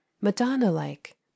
Madonna-like